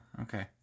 okay